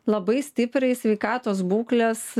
labai stipriai sveikatos būklės